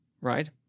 right